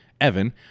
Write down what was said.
Evan